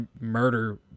murder